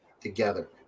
together